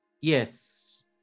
Yes